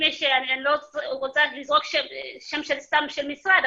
אני לא רוצה לזרוק סתם שם של משרד,